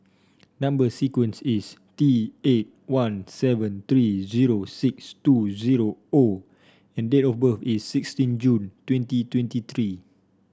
number sequence is T eight one seven three zero six two zero O and date of birth is sixteen June twenty twenty three